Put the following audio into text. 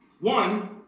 One